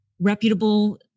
reputable